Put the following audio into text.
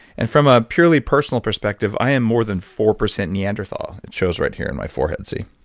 and from a purely personal perspective, i am more than four percent neanderthal. it shows right here in my forehead see?